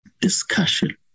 discussion